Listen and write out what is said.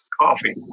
coffee